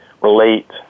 relate